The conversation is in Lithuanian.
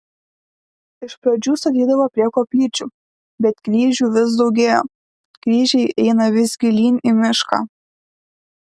iš pradžių statydavo prie koplyčių bet kryžių vis daugėjo kryžiai eina vis gilyn į mišką